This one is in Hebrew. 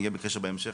נהיה בקשר בהמשך.